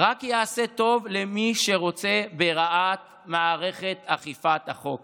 רק יעשה טוב למי שרוצה ברעת מערכת אכיפת החוק.